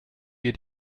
wir